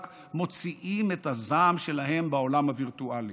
מוציאים את הזעם שלהם בעולם הווירטואלי.